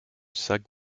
sac